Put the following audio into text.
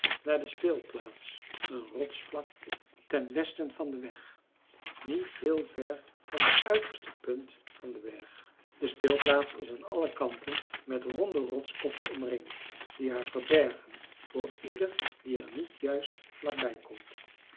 naar de speelplaats een rotsvlakte ten westen van den weg niet heel ver van de uiterste punt van den berg de speelplaats is aan alle kanten met ronde rotskoppen omringd die haar verbergen voor ieder die er niet juist vlak bij komt